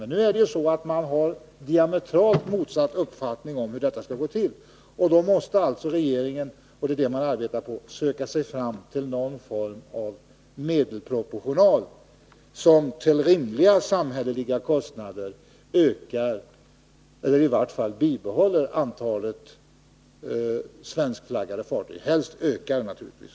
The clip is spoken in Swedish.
Men nu är det ju så att man har diametralt motsatta uppfattningar om hur detta skall gå till. Då måste alltså regeringen — och det är det man arbetar på — söka sig fram till någon form av medelproportional, som till rimliga samhälleliga kostnader ökar eller i vart fall bibehåller antalet svenskflaggade fartyg — helst ökar naturligtvis.